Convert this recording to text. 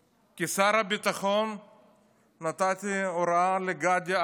כשר הביטחון נתתי הוראה לגדי איזנקוט,